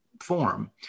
form